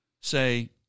say